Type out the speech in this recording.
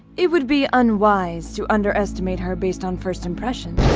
it would be unwise to underestimate her based on first impressions.